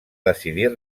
decidir